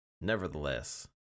Nevertheless